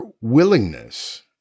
willingness